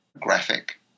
graphic